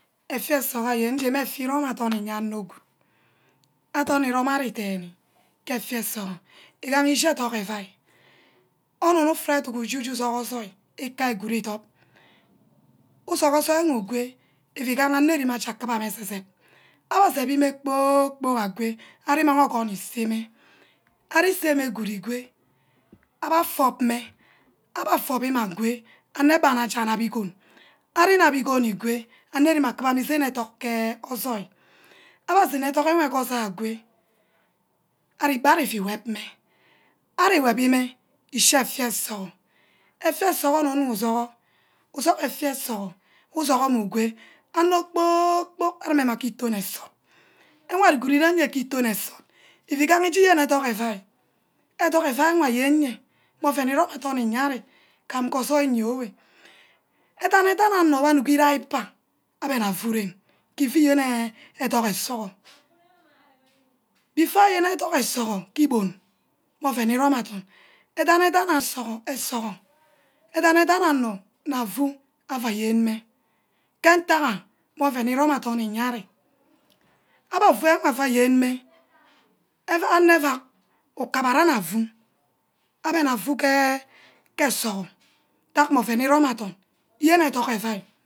Efia esogi nje meh efia erome adoen iye anior goid, adoen irome ari dene ke efia esogi igaha ishi educk euai, onun ufiat edog uje du iduck educk, ika good ethop uduck osoi we igwe, iuigaha enerim aua kuborma esesep, abba asepmi-meh kpor-kpork agwe ari imang ogon iseh meh, ari seh meh good igwe, abbe afom meh, abba ofon mimeh agwe, anebana aje-ja nap igon, ari inap igon igwe anerim arabuma izeni educk ke osoil, abba asemimeh educk ke osoil agwe ari ifi wev meh, ari weby meh ishi effia esogi, usohor mme igwe anor kpor- kpork areme ma ke ethon nsort ifigaha ije yene educk efia, educk efia wor ayen nwe mneh ouen irom adorn iye-ari kam je osoil iyioewe, edan- idani onor wor anugi gai ikpa abbe na fu ren ke ufu iyene educk esogi before ayen educk esogi ke ibon meh ouen iron-adorn eda-dan esogi, eda-dan onor nna fu aua yen-meh ke ntagha meg ouen irome adorn iye ari- abbe afu enh aua yenmeh, anor euack ukabana nna afu abe na fu ke esogi ntack meh ouen irome adorn yen educk efia.